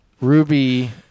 Ruby